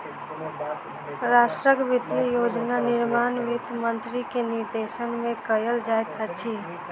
राष्ट्रक वित्तीय योजना निर्माण वित्त मंत्री के निर्देशन में कयल जाइत अछि